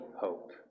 hope